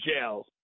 jail